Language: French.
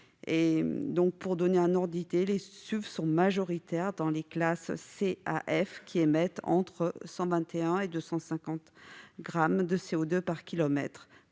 Pour donner un ordre d'idée, les SUV sont majoritaires dans les classes C à F, qui émettent entre 121 grammes et 250 grammes de CO2 par kilomètre,